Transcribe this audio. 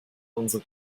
unsere